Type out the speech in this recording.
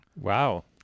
Wow